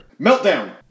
Meltdown